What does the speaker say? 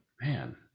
man